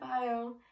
bio